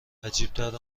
عجیبتر